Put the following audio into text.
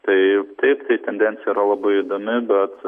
taip taip tai tendencija yra labai įdomi bet